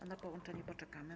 A na połączenie poczekamy.